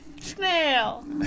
Snail